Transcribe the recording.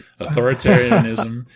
authoritarianism